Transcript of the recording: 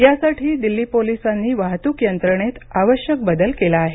यासाठी दिल्ली पोलिसांनी वाहतूक यंत्रणेत आवश्यक बदल केला आहे